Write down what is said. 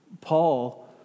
Paul